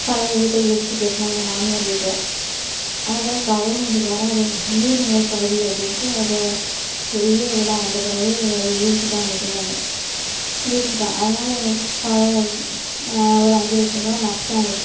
பழைய வீட்டை இடித்து கட்டினோம் எங்கள் மாமியார் வீட்டை அதை கவுர்மெண்ட்டுகாரன் ஏதோ நீர் நிலை பகுதி அப்படின்ட்டு அதை பெரிய வீடாக வந்த பிறவு அதை இடிச்சுட்டான் பார்த்துக்கங்க இடிச்சுட்டான் அதனால் எங்களுக்கு பழைய நான் ஒரு அஞ்சு லட்சம் ருபா நஷ்டம் ஆகிட்டு